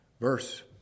Verse